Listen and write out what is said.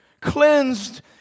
cleansed